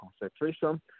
concentration